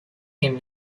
him